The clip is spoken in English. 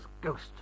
ghost